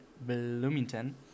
bloomington